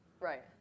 Right